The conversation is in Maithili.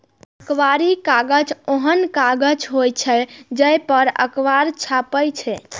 अखबारी कागज ओहन कागज होइ छै, जइ पर अखबार छपै छै